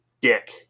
dick